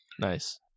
Nice